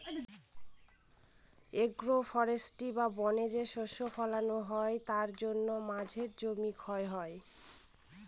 agro forestry বা বনে যে শস্য ফলানো হয় তার জন্য মাঝের জমি ক্ষয় হয়